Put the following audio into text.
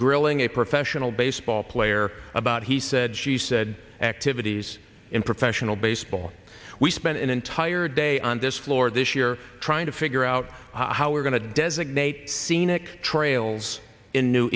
grilling a professional baseball player about he said she said activities in professional baseball we spent an entire day on this floor this year trying to figure out how we're going to designate scenic trails in new